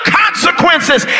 consequences